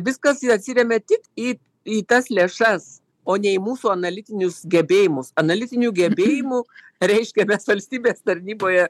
viskas atsiremia tik į į tas lėšas o ne į mūsų analitinius gebėjimus analitinių gebėjimų reiškia mes valstybės tarnyboje